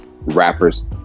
rappers